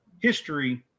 history